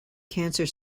cancer